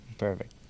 Perfect